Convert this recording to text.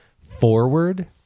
forward